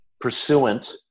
pursuant